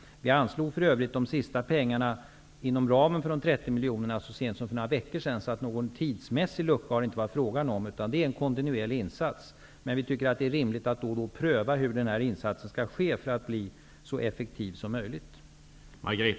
Vi anslog för övrigt så sent som för några veckor sedan de sista pengarna inom ramen för de 30 miljonerna. Någon tidsmässig lucka har det alltså inte varit fråga om, utan det är en kontinuerlig insats. Men vi tycker att det är rimligt att då och då pröva hur denna insats skall ske för att bli så effektiv som möjligt.